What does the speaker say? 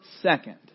Second